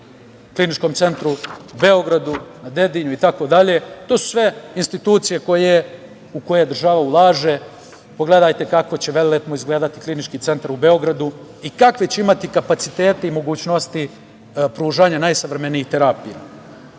Kliničkom centru Beograd na Dedinju itd. To su sve institucije u koje država ulaže. Pogledajte kako će velelepno izgledati Klinički centar u Beogradu i kakve će imati kapacitete i mogućnosti pružanja najsavremenijih terapija. Naravno,